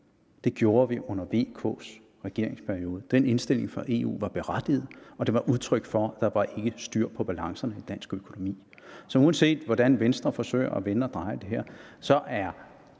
Det gjorde vi under VK's regeringsperiode. Den indstilling fra EU var berettiget, og den var udtryk for, at der ikke var styr på balancerne i dansk økonomi. Så uanset hvordan Venstre forsøger at vende og dreje det her, står